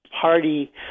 Party